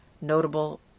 notable